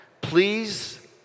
Please